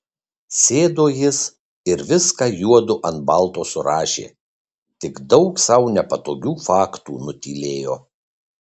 sėdo jis ir viską juodu ant balto surašė tik daug sau nepatogių faktų nutylėjo